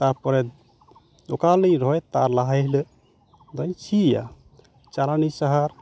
ᱛᱟᱨᱯᱚᱨᱮ ᱚᱠᱟ ᱦᱤᱞᱟᱹᱜᱤᱧ ᱨᱚᱦᱚᱭ ᱛᱟᱨ ᱞᱟᱦᱟ ᱦᱤᱞᱟᱹᱜ ᱫᱚᱧ ᱥᱤᱭᱟ ᱪᱟᱞᱟᱱᱟᱹᱧ ᱥᱟᱦᱟᱨ